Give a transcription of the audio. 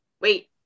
wait